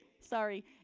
Sorry